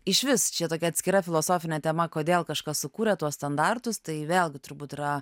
išvis čia tokia atskira filosofinė tema kodėl kažkas sukūrė tuos standartus tai vėlgi turbūt yra